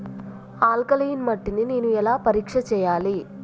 Alkaline మట్టి ని నేను ఎలా పరీక్ష చేయాలి?